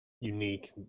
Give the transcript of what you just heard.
unique